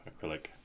acrylic